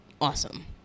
awesome